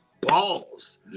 balls